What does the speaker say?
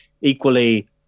equally